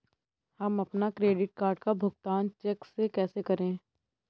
हम अपने credit card का भुगतान चेक से कैसे करें?